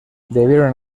debieron